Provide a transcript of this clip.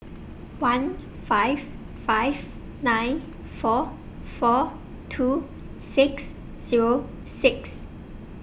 one five five nine four four two six Zero six